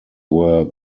were